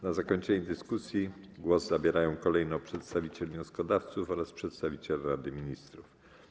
Na zakończenie dyskusji głos zabierają kolejno przedstawiciel wnioskodawców oraz przedstawiciel Rady Ministrów.